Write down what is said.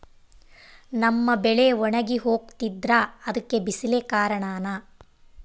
ನಮ್ಮ ಬೆಳೆ ಒಣಗಿ ಹೋಗ್ತಿದ್ರ ಅದ್ಕೆ ಬಿಸಿಲೆ ಕಾರಣನ?